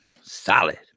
Solid